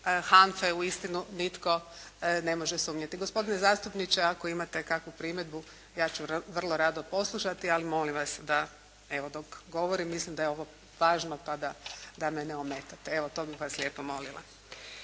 HANF-e uisitnu nitko ne može sumnjati. Gospodine zastupniče, ako imate kakvu primjedbu, ja ću vrlo rado poslušati, ali molim vas da evo dok govorim, da je ovo važno pa da me ne ometate. To bih vas lijepo molila.